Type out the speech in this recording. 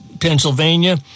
Pennsylvania